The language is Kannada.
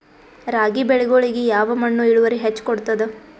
ರಾಗಿ ಬೆಳಿಗೊಳಿಗಿ ಯಾವ ಮಣ್ಣು ಇಳುವರಿ ಹೆಚ್ ಕೊಡ್ತದ?